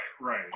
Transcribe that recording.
right